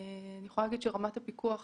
אני יכולה להגיד שרמת הפיקוח